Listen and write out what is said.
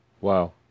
Wow